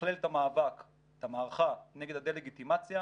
לתכלל את המערכה נגד הדה לגיטימציה,